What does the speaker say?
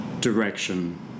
direction